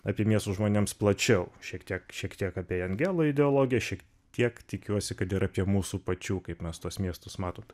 apie miestus žmonėms plačiau šiek tiek šiek tiek apie jangelo ideologiją šiek tiek tikiuosi kad ir apie mūsų pačių kaip mes tuos miestus matom tai